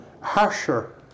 harsher